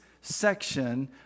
section